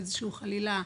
חלילה,